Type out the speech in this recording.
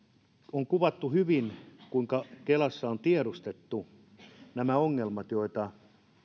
on kuvattu hyvin kuinka kelassa on tiedostettu nämä ongelmat joita